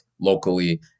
locally